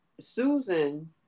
susan